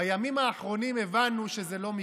בימים האחרונים הבנו שזה לא מקרה,